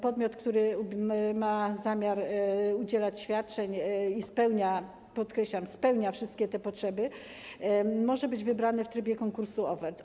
Podmiot, który ma zamiar udzielać świadczeń i spełnia, podkreślam, spełnia wszystkie warunki, może być wybrany w trybie konkursu ofert.